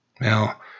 Now